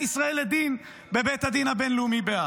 ישראל לדין בבית הדין הבין-לאומי בהאג.